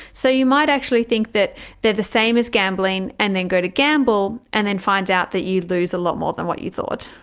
so you might actually think that they're the same as gambling and then go to gamble and then find out that you lose a lot more than what you thought.